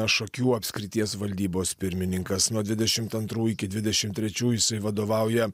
šakių apskrities valdybos pirmininkas nuo dvidešimt antrų iki dvidešimt trečių jisai vadovauja